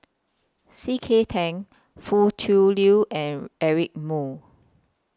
C K Tang Foo Tui Liew and Eric Moo